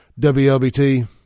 WLBT